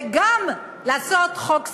וגם לעשות חוק סיעוד.